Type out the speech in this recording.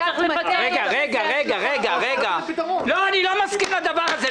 --- אני לא מסכים לדבר הזה.